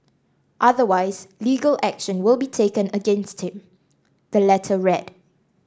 otherwise legal action will be taken against him the letter read